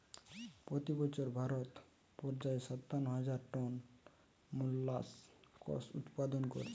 পোতি বছর ভারত পর্যায়ে সাতান্ন হাজার টন মোল্লাসকস উৎপাদন কোরছে